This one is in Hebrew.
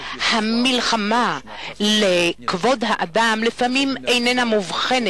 המאבק למען כבוד האדם לפעמים אינו נראה,